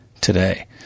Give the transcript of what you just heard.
today